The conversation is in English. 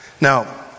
Now